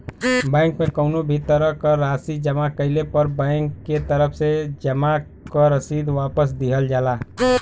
bank में कउनो भी तरह क राशि जमा कइले पर बैंक के तरफ से जमा क रसीद वापस दिहल जाला